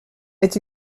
est